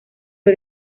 fue